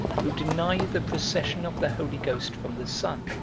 who deny the procession of the holy ghost from the son,